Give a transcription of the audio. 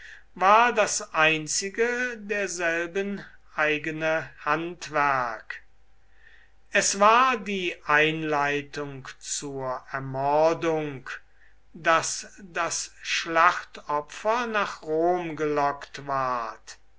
war das einzige derselben eigene handwerk es war die einleitung zur ermordung daß das schlachtopfer nach rom gelockt ward